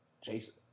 Jason